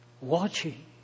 watching